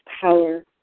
power